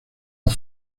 dos